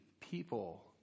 people